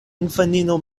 infanino